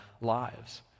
lives